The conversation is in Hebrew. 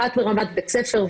אחת ברמת בית ספר,